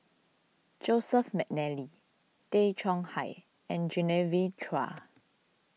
Joseph McNally Tay Chong Hai and Genevieve Chua